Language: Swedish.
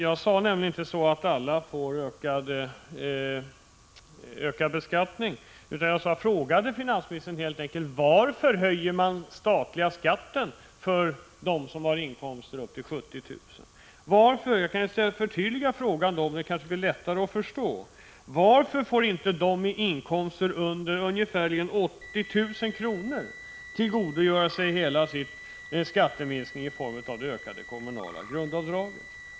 Jag sade nämligen inte att alla får ökad beskattning, utan jag frågade helt enkelt finansministern varför regeringen höjer den statliga inkomstskatten för dem som har inkomster upp till 70 000 kr. Jag kan ju förtydliga frågan så att den blir lättare Prot. 1985/86:158 att förstå: Varför får inte de med inkomster under ungefär 80 000 kr. 2 juni 1986 tillgodogöra sig hela sin skatteminskning i form av det ökade kommunala grundavdraget?